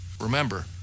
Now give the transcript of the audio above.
Remember